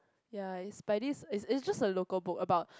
ya is by this is is just a local book about